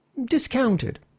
discounted